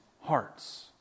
hearts